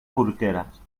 porqueres